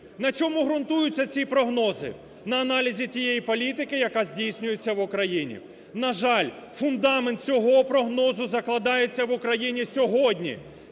На чому ґрунтуються ці прогнози? На аналізі тієї політики, яка здійснюється в Україні. На жаль, фундамент цього прогнозу закладається в Україні сьогодні